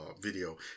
video